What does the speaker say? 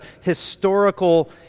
historical